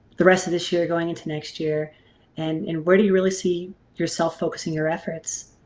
the rest of this year going into next year and and where do you really see yourself focusing your efforts?